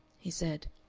he said.